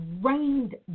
rained